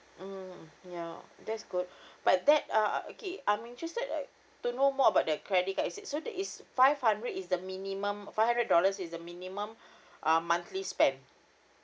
mm ya that's good but that uh okay I'm interested like to know more about the credit card is it so that is five hundred is the minimum five hundred dollars is the minimum uh monthly spend